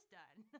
done